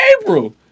April